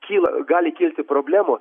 kyla gali kilti problemų